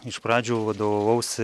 iš pradžių vadovausi